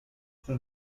sus